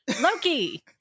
Loki